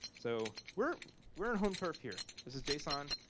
so, we're we're on home turf here. this is json.